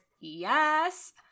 yes